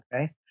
Okay